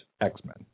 x-men